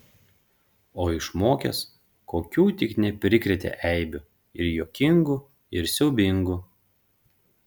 o išmokęs kokių tik neprikrėtė eibių ir juokingų ir siaubingų